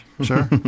sure